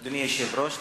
אדוני היושב-ראש,